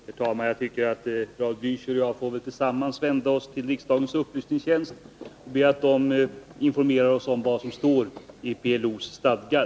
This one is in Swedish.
Herr talman! Raul Blächer och jag får väl tillsammans vända oss till riksdagens upplysningstjänst och be att man informerar oss om vad som står i PLO:s stadgar.